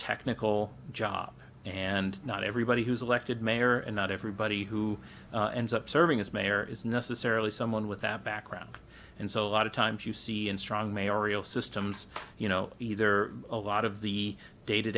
technical job and not everybody who's elected mayor and not everybody who ends up serving as mayor is necessarily someone with that background and so a lot of times you see in strong mayor real systems you know either a lot of the day to